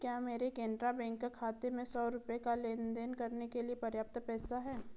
क्या मेरे कैनरा बैंक खाते में सौ रुपये का लेन देन करने के लिए पर्याप्त पैसा है